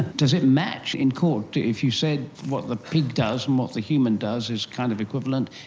does it match in court? if you said what the pig does and what the human does is kind of equivalent,